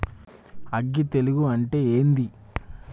అగ్గి తెగులు అంటే ఏంది?